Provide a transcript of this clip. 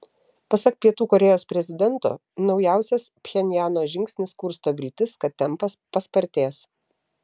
pasak pietų korėjos prezidento naujausias pchenjano žingsnis kursto viltis kad tempas paspartės